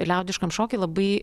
liaudiškam šoky labai